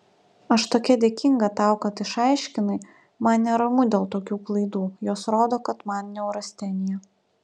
aš tokia dėkinga tau kad išaiškinai man neramu dėl tokių klaidų jos rodo kad man neurastenija